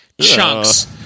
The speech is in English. chunks